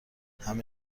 همه